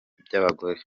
by’abagore